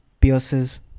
pierces